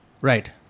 Right